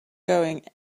going